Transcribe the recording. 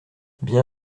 bien